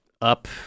up